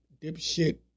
dipshit